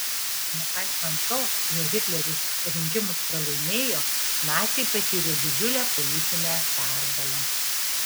nepaisant to jog hitleris rinkimus pralaimėjo naciai patyrė didžiulę politinę pergalę